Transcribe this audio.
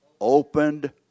Opened